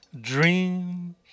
dream